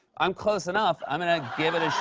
i'm close enough. i'm gonna give it